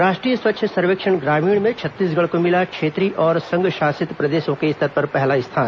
राष्ट्रीय स्वच्छ सर्वेक्षण ग्रामीण में छत्तीसगढ़ को मिला क्षेत्रीय और संघ शासित प्रदेशों के स्तर पर पहला स्थान